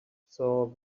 saw